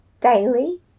daily